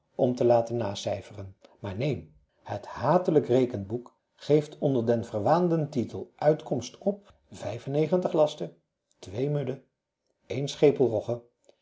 om te laten nacijferen maar neen het hatelijk rekenboek geeft onder den verwaanden titel uitkomst op een